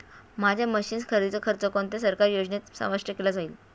माझ्या मशीन्स खरेदीचा खर्च कोणत्या सरकारी योजनेत समाविष्ट केला जाईल?